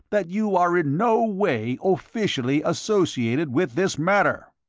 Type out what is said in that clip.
that you are in no way officially associated with this matter.